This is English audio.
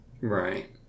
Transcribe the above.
Right